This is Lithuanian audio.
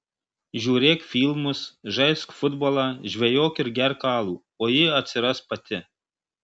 žiūrėk filmus žaisk futbolą žvejok ir gerk alų o ji atsiras pati